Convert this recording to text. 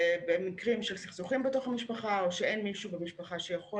במקרים של סכסוכים בתוך המשפחה או כשאין מישהו במשפחה שיכול